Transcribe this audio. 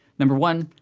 number one,